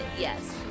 yes